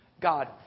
God